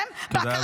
בעלי